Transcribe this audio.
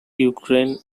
ukraine